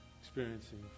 experiencing